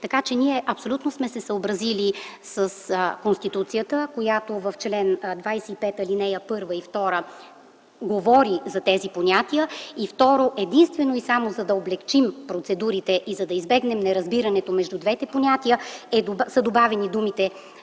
Ние абсолютно сме се съобразили с Конституцията, която в чл. 25, ал. 1 и 2 говори за тези понятия. Второ, единствено и само за да облекчим процедурите и да избегнем неразбирането между двете понятия, тук са добавени думите